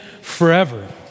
forever